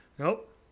Nope